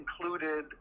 included